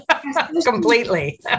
completely